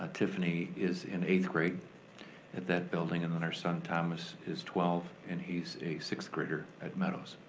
ah tiffany, is in eighth grade at that building and then our son thomas is twelve and he's a sixth grader at meadows.